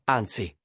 anzi